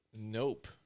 Nope